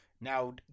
Now